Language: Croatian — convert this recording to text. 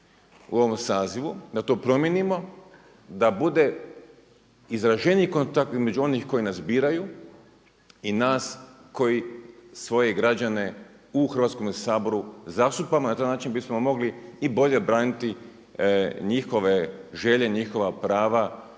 u ovom sazivu, da to promijenimo da bude izraženiji kontakt između onih koji nas biraju i nas koji svoje građane u Hrvatskome saboru. Na taj način bismo mogli i bolje braniti njihove želje, njihova prava,